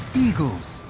eagles,